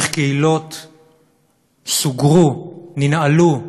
איך קהילות נסגרו, ננעלו,